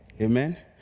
Amen